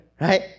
right